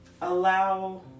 allow